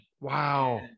Wow